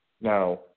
Now